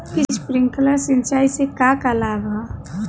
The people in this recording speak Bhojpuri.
स्प्रिंकलर सिंचाई से का का लाभ ह?